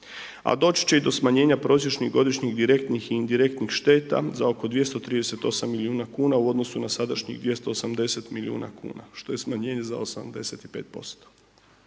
A doći će i do smanjenja prosječnih godišnjih direktnih i indirektnih šteta za oko 238 milijuna kuna u odnosu na sadašnjih 280 milijuna kuna, što je smanjenje za 85%.